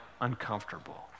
uncomfortable